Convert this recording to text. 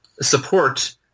support